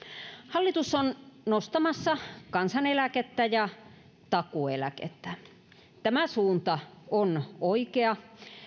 hallitus on nostamassa kansaneläkettä ja takuueläkettä tämä suunta on oikea